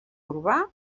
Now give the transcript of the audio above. urbà